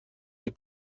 les